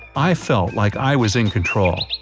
i felt like i was in control.